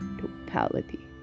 totality